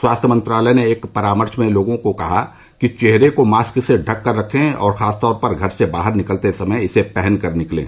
स्वास्थ्य मंत्रालय ने एक परामर्श में लोगों को कहा कि चेहरे को मास्क से ढक कर रखें और खासतौर पर घर से बाहर निकलते समय इसे पहनकर निकलें